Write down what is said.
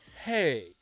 Hey